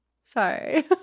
Sorry